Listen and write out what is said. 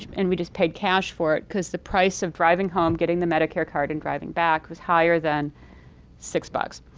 and we just paid cash for it because the price of driving home, getting the medicare card and driving back was higher than six bucks,